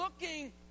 looking